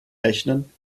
rechnen